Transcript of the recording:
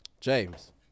James